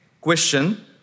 question